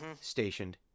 stationed